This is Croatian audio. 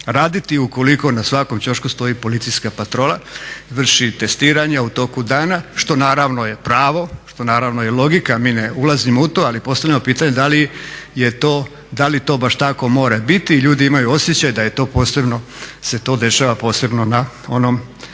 raditi ukoliko na svakom ćošku stoji policijska patrola i vrši testiranja u toku dana, što naravno je pravo, što je naravno je logika, mi ne ulazimo u to, ali postavljamo pitanje da li to baš tako mora biti? I ljudi imaju osjećaj da je to posebno, se to